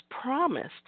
promised